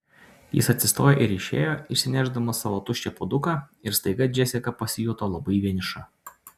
jis atsistojo ir išėjo išsinešdamas savo tuščią puoduką ir staiga džesika pasijuto labai vieniša